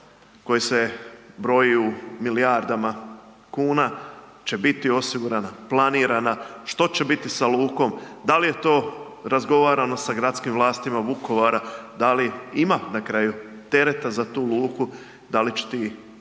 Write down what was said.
koje se broji u milijardama kuna će biti osigurana, planirana, što će biti sa lukom, da li je to razgovarano sa gradskim vlastima Vukovara, da li ima na kraju tereta za tu luku, da li će ti